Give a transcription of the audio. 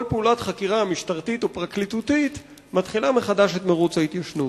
כל פעולת חקירה משטרתית או פרקליטותית מתחילה מחדש את מירוץ ההתיישנות.